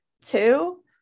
Two